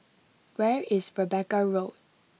where is Rebecca Road